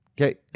Okay